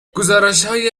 گزارشهای